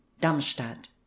darmstadt